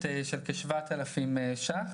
בלי איום של חוק הסדרים,